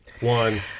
one